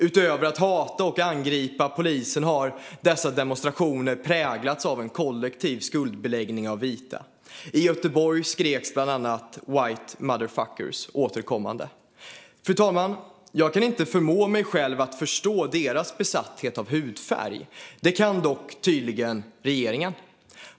Utöver att hata och angripa polisen har dessa demonstrationer präglats av en kollektiv skuldbeläggning av vita. I Göteborg skrek man bland annat "white motherfuckers" återkommande. Fru talman! Jag kan inte förmå mig själv att förstå deras besatthet av hudfärg, men det kan tydligen regeringen.